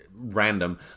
random